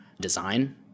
design